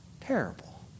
terrible